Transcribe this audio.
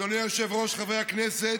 אדוני היושב-ראש, חברי הכנסת,